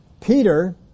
Peter